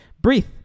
breathe